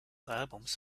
albums